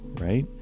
right